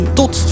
tot